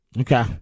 okay